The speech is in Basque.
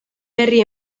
berri